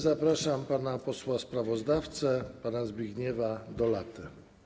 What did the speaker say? Zapraszam pana posła sprawozdawcę Zbigniewa Dolatę.